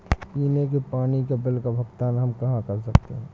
पीने के पानी का बिल का भुगतान हम कहाँ कर सकते हैं?